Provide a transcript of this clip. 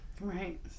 Right